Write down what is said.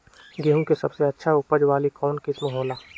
गेंहू के सबसे अच्छा उपज वाली कौन किस्म हो ला?